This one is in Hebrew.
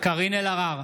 קארין אלהרר,